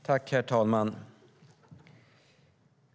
Herr talman!